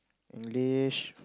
English